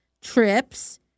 trips